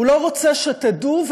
הוא לא רוצה שתדעו,